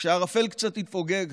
כשהערפל קצת יתפוגג,